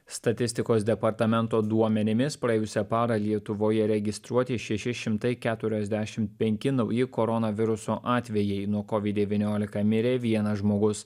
statistikos departamento duomenimis praėjusią parą lietuvoje registruoti šeši keturaisdešim penki nauji koronaviruso atvejai nuo kovid devyniolika mirė vienas žmogus